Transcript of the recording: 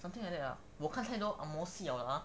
something like that ah 我看太多 angmoh 戏 liao lah